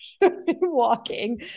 walking